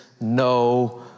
no